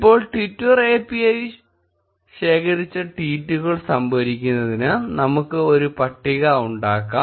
ഇപ്പോൾട്വിറ്റർ API ശേഖരിച്ച ട്വീറ്റുകൾ സംഭരിക്കുന്നതിന് നമുക്ക് ഒരു പട്ടിക ഉണ്ടാക്കാം